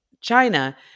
China